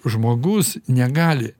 žmogus negali